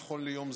נכון ליום זה,